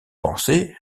pensée